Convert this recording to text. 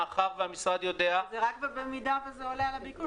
מאחר והמשרד יודע --- זה רק במידה וזה עולה על הביקוש.